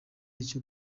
icyo